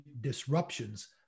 disruptions